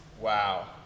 Wow